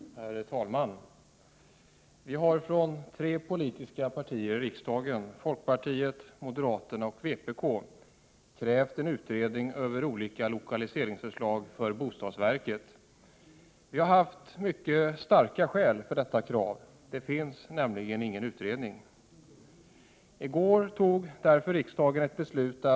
Herr talman! Vi har från tre politiska partier i riksdagen, folkpartiet, moderaterna och vpk, krävt en utredning över olika lokaliseringsförslag för bostadsverket. Vi har haft mycket starka skäl för detta krav. Det finns nämligen ingen utredning. I går fattade därför riksdagen ett beslut om att — Prot.